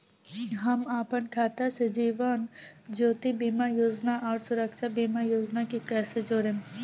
हम अपना खाता से जीवन ज्योति बीमा योजना आउर सुरक्षा बीमा योजना के कैसे जोड़म?